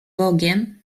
bogiem